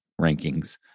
rankings